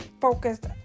focused